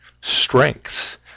strengths